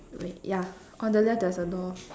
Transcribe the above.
wait yeah on the left there's a door